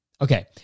Okay